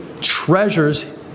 treasures